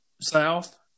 south